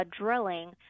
drilling